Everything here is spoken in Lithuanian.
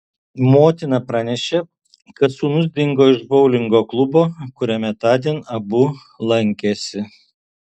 motina pranešė kad sūnus dingo iš boulingo klubo kuriame tądien abu lankėsi